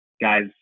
guys